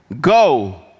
Go